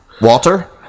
Walter